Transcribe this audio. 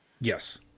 Yes